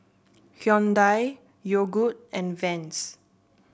Hyundai Yogood and Vans